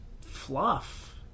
fluff